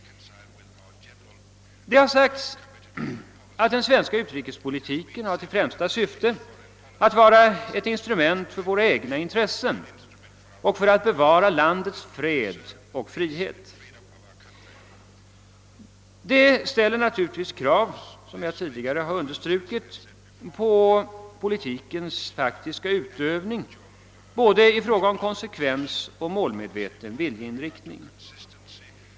Det har sagts att den svenska utrikespolitiken har till främsta syfte att vara ett instrument för våra egna intressen och att bevara landets fred och frihet. Det ställer — såsom jag tidigare understrukit — krav på politikens faktiska utövning, både i fråga om konsekvens och målmedveten viljeinriktning.